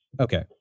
Okay